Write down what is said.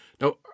Now